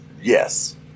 Yes